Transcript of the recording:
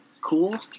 cool